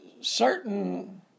certain